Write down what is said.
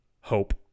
Hope